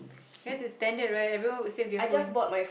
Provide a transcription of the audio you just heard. ya it's standard right everyone would save their phone